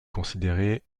considérée